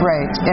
Right